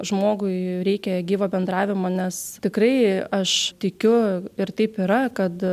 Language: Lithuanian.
žmogui reikia gyvo bendravimo nes tikrai aš tikiu ir taip yra kad